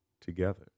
together